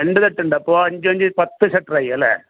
രണ്ട് തട്ടുണ്ടോ അപ്പോൾ അഞ്ചും അഞ്ചും പത്ത് സെക്ടറായി അല്ലേ